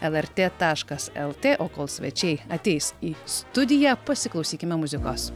lrt taškas lt o kol svečiai ateis į studiją pasiklausykime muzikos